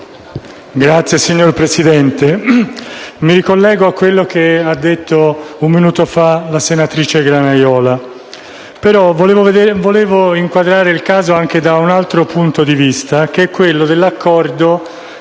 Signor Presidente, mi ricollego a quanto testé detto dalla senatrice Granaiola, però vorrei inquadrare il caso anche da un altro punto di vista, che è quello dell'accordo